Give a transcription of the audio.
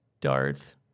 Darth